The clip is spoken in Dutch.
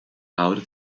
houden